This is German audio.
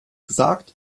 gesagt